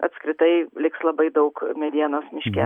apskritai liks labai daug medienos miške